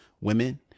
women